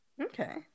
Okay